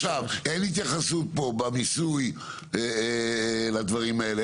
עכשיו, אין התייחסות פה במיסוי לדברים האלה.